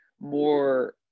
more